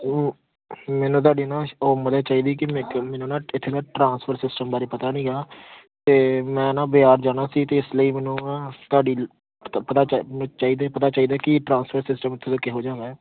ਉਹ ਮੈਨੂੰ ਤੁਹਾਡੀ ਨਾ ਉਹ ਮਦਦ ਚਾਹੀਦੀ ਕਿ ਮੈਨੂੰ ਨਾ ਇੱਥੇ ਨਾ ਟ੍ਰਾਂਸਫੋਰ ਸਿਸਟਮ ਬਾਰੇ ਪਤਾ ਨਹੀਂ ਗਾ ਅਤੇ ਮੈਂ ਨਾ ਬਜ਼ਾਰ ਜਾਣਾ ਸੀ ਅਤੇ ਇਸ ਲਈ ਮੈਨੂੰ ਨਾ ਤੁਹਾਡੀ ਚਾਹੀਦੀ ਪਤਾ ਚਾਹੀਦਾ ਕਿ ਟ੍ਰਾਂਸਫੋਰ ਸਿਸਟਮ ਇੱਥੋ ਦਾ ਕਿਹੋ ਜਿਹਾ ਹੈ